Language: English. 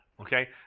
okay